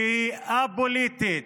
שהיא א-פוליטית,